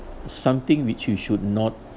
something which you should not